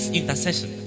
intercession